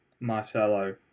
Marcelo